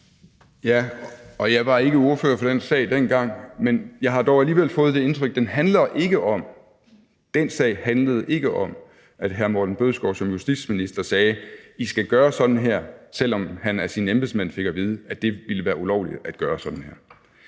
(LA): Jeg var ikke ordfører for den sag dengang, men jeg har dog alligevel fået det indtryk, at den sag ikke handlede om, at hr. Morten Bødskov som justitsminister, selv om han af sine embedsmænd fik at vide, at det ville være ulovligt at gøre sådan,